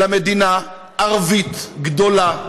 אלא מדינה ערבית גדולה,